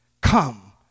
Come